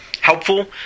helpful